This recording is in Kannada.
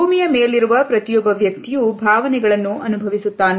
ಭೂಮಿಯ ಮೇಲಿರುವ ಪ್ರತಿಯೊಬ್ಬ ವ್ಯಕ್ತಿಯೂ ಭಾವನೆಗಳನ್ನು ಅನುಭವಿಸುತ್ತಾನೆ